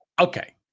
Okay